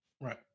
Right